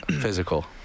physical